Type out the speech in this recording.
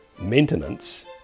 maintenance